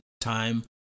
time